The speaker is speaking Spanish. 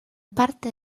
parte